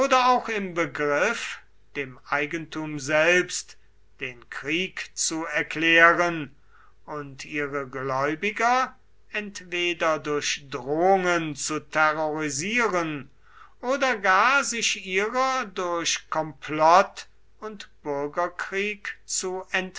auch im begriff dem eigentum selbst den krieg zu erklären und ihre gläubiger entweder durch drohungen zu terrorisieren oder gar sich ihrer durch komplott und bürgerkrieg zu